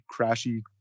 crashy